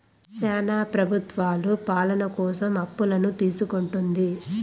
శ్యానా ప్రభుత్వాలు పాలన కోసం అప్పులను తీసుకుంటుంది